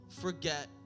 forget